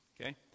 okay